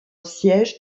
siège